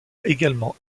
également